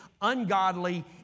ungodly